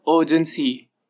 urgency